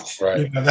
Right